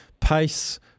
pace